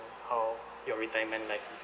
how your retirement life